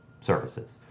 services